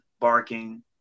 barking